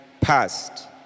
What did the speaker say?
passed